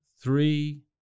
three